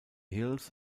hills